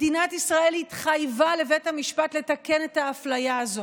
מדינת ישראל התחייבה לבית המשפט לתקן את האפליה הזאת,